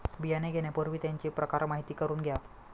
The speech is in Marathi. बियाणे घेण्यापूर्वी त्यांचे प्रकार माहिती करून घ्या